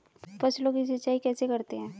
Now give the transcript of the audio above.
फसलों की सिंचाई कैसे करते हैं?